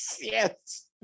yes